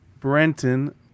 Brenton